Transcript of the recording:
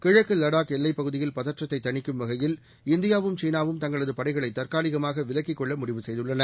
கிழக்கு லடாக் எல்லைப் பகுதியில் பதற்றத்தை தணிக்கும் வகையில் இந்தியாவும் சீனாவும் தங்களது படைகளை தற்காலிகமாக விலக்கிக் கொள்ள முடிவு செய்துள்ளன